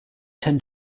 tend